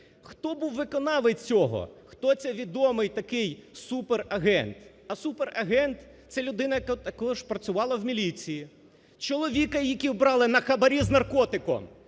Хто був виконавець цього? Хто це відомий такий суперагент, а суперагент – це людина, яка також працювала в міліції, чоловіка, якого брали на хабарі з наркотиком,